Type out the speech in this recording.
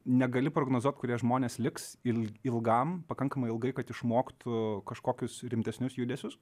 negali prognozuot kurie žmonės liks il ilgam pakankamai ilgai kad išmoktų kažkokius rimtesnius judesius